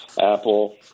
Apple